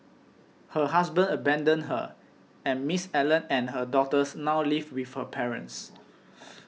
her husband abandoned her and Miss Allen and her daughters now live with her parents